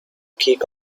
kick